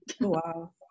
Wow